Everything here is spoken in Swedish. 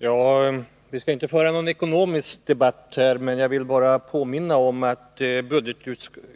Herr talman! Vi skall inte föra någon ekonomisk debatt här och nu, men jag vill påminna om att